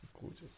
gorgeous